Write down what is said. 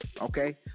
okay